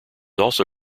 also